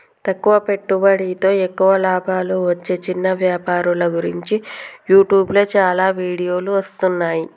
తక్కువ పెట్టుబడితో ఎక్కువ లాభాలు వచ్చే చిన్న వ్యాపారుల గురించి యూట్యూబ్లో చాలా వీడియోలు వస్తున్నాయి